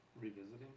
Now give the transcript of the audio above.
Revisiting